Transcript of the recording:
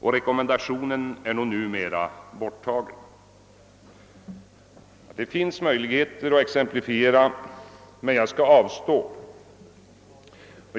och rekommendationen är nog numera borttagen. Det finns möjlighet att exemplifiera ytterligare men jag skall avstå från detta.